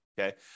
Okay